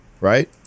right